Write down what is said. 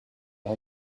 how